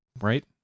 right